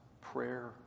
prayer